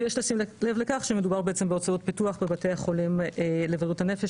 ויש לשים לב לכך שמדובר בעצם בהוצאות פיתוח בבתי החולים לבריאות הנפש,